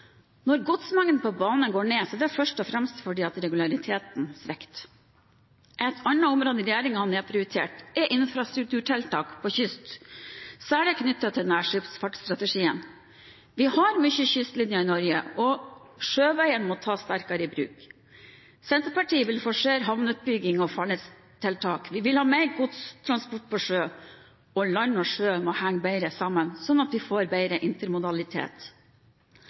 Når godsmengden på bane går ned, er det først og fremst fordi regulariteten svikter. Et annet område regjeringen har nedprioritert, er infrastrukturtiltak på kyst, særlig knyttet til nærskipsfartstrategien. Vi har mye kystlinje i Norge, og sjøveien må tas mer i bruk. Senterpartiet vil forsere havneutbygging og farledstiltak. Vi vil ha mer godstransport på sjø. Land og sjø må henge bedre sammen, slik at vi får bedre intermodalitet.